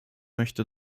möchte